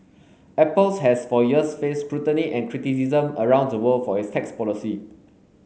Apples has for years faced scrutiny and criticism around the world for its tax policies